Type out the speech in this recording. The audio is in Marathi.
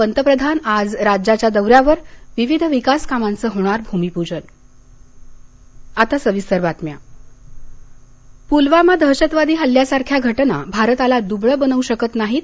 पंतप्रधान आज राज्याच्या दौऱ्यावर विविध विकास कामांचं होणार भूमिपूजन पुलवामा हल्ला पुलवामा दहशतवादी हल्ल्यासारख्या घटना भारताला दुबळं बनवू शकत नाहीत